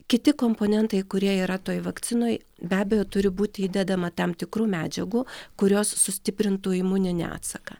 kiti komponentai kurie yra toj vakcinoj be abejo turi būti įdedama tam tikrų medžiagų kurios sustiprintų imuninį atsaką